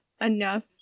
enough